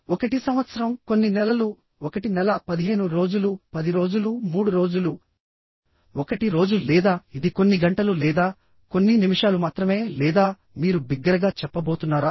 1 సంవత్సరం కొన్ని నెలలు 1 నెల 15 రోజులు 10 రోజులు 3 రోజులు 1 రోజు లేదా ఇది కొన్ని గంటలు లేదా కొన్ని నిమిషాలు మాత్రమే లేదా మీరు బిగ్గరగా చెప్పబోతున్నారా